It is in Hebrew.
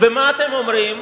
ומה אתם אומרים?